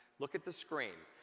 look at the screen,